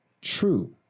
true